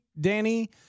Danny